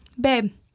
Babe